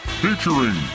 featuring